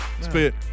Spit